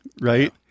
Right